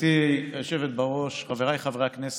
גברתי היושבת-ראש, חבריי חברי הכנסת,